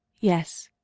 yes,